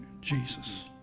Jesus